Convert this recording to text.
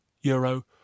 euro